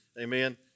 Amen